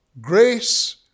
Grace